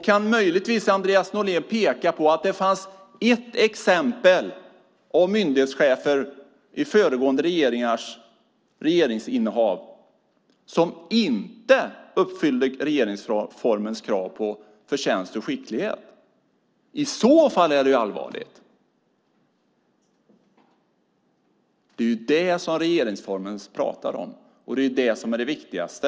Kan Andreas Norlén peka på ett exempel bland myndighetschefer under föregående regeringar som inte uppfyllde regeringsformens krav på förtjänst och skicklighet? I så fall är det allvarligt. Det är det som regeringsformen talar om. Det är det som är det viktigaste.